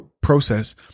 process